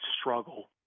struggle